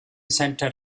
centre